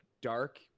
dark